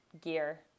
gear